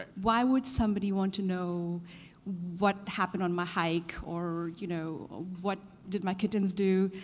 but why would somebody want to know what happened on my hike or you know what did my kittens do,